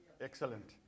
Excellent